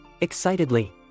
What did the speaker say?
Excitedly